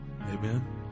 Amen